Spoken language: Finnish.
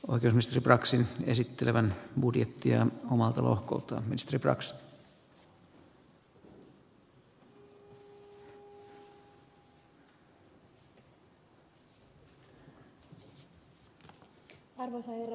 on kylmästi braxin esittelevän budjettia omaa arvoisa herra puhemies